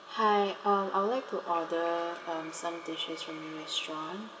hi um I would like to order um some dishes from your restaurant